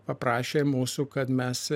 paprašė mūsų kad mes